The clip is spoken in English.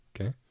Okay